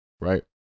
right